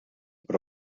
però